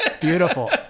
Beautiful